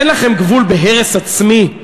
אין לכם גבול בהרס עצמי?